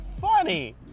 funny